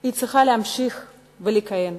צריכה להמשיך לכהן.